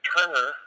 Turner